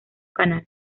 canal